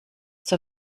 zur